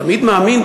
אני תמיד מאמין,